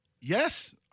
Yes